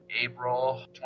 April